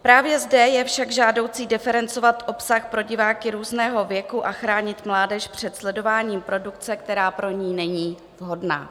Právě zde je však žádoucí diferencovat obsah pro diváky různého věku a chránit mládež před sledováním produkce, která pro ni není vhodná.